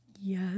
Yes